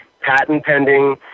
patent-pending